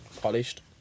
Polished